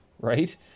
right